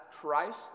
Christ